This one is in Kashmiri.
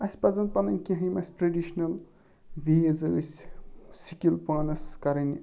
اَسہِ پَزَن پَنٕنۍ کینٛہہ یِم اَسہِ ٹریڈِشنَل ویز ٲسۍ سِکِل پانَس کَرٕنۍ